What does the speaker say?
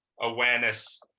awareness